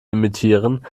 imitieren